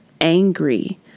angry